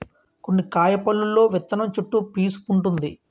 కొన్ని కాయల పల్లులో విత్తనం చుట్టూ పీసూ వుంటుంది